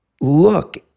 look